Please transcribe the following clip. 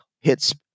hits